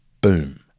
boom